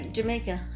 Jamaica